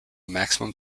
maximum